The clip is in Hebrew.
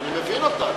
ואני מבין אותה,